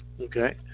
Okay